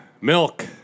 Milk